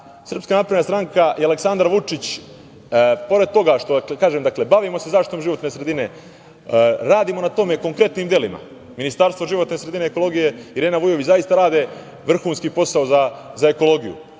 jeste da znaju da SNS i Aleksandar Vučić pored toga… Kažem, bavimo se zaštitom životne sredine, radimo na tome konkretnim delima. Ministarstvo životne sredine i ekologije, Irena Vujović, zaista rade vrhunski posao za ekologiju.